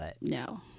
no